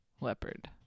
leopard